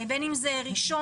בין אם זה ראשון,